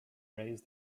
raise